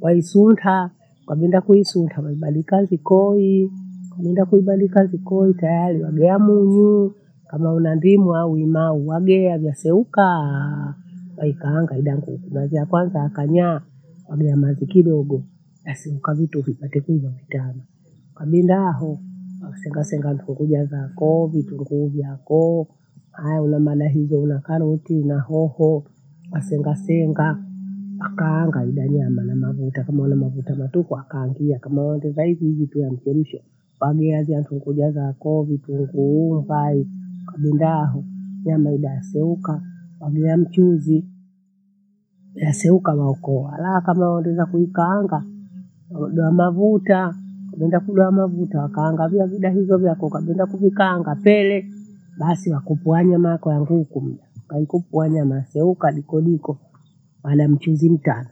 waisuntaa. Kwabinda kuisunta webandika jikoi, kaminda kuibandika jikoni tayari wagea munyu, kama una ndimu au limao wagea vyaseukaa waikaanga ida nguku. Mathi ya kwanza yakanyaa wagea mathi kidogo basi ukavitu vipate kwiva wetehana. Ukabinda hoo wasenga senga vifukuja zakoo, vitunguu vyakoo haya unamaana hiza huya karoti, una hoho wasenga senga, wakaanga ida nyama namavuta, kama una mavuta matupu wakaangia kama waongeza hivi hivi tuu wamchemsho wagea vyatukuja zakoo vitunguu pai kabinda hoo nyama ida yaseuka wagea mchuzi, yaseuka lukoa. Halaa kama wandeza kuikaanga doa mavuta, nenda kudoa mavuta wakaanga viazi dahizo vyako, kwabinda kuvikaanga pele basi wakupwaa nyama yako ya nguku mla. Ukaikuku wanya naseuka dikodiko wanamchuzi mtana.